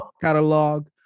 Catalog